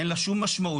אין לה שום משמעות,